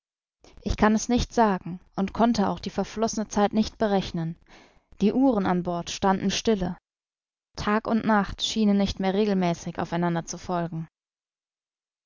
ich kann es nicht sagen und konnte auch die verflossene zeit nicht berechnen die uhren an bord standen stille tag und nacht schienen nicht mehr regelmäßig auf einander zu folgen